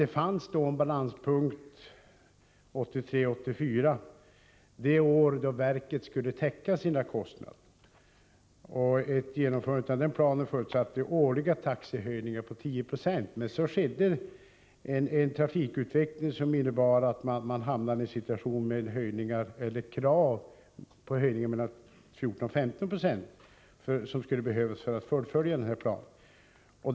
Det fanns en balanspunkt 1983/84. Detta var det år då verket skulle täcka sina kostnader. Ett genomförande av planen förutsatte årliga taxehöjningar på 10 26. Men så fick vi en trafikutveckling som innebar att verket hamnade i en situation där det krävdes höjningar på mellan 14 och 15 96 för att man skulle kunna fullfölja planen.